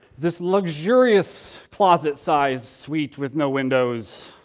this luxurious, closet-sized suite with no windows,